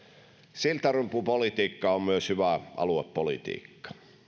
siltarumpupolitiikka on myös hyvää aluepolitiikkaa